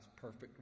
perfect